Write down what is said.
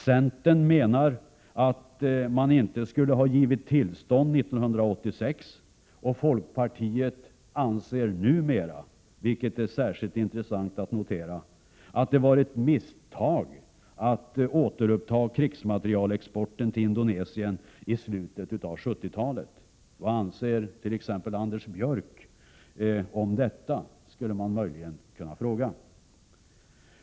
Centern menar att man inte skulle ha givit tillstånd 1986, och folkpartiet anser numera, vilket är särskilt intressant att notera, att det var ett misstag att återuppta krigsmaterielexporten till Indonesien i slutet av 70-talet. Vad anser t.ex. Anders Björck om detta, kan man fråga.